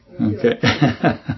Okay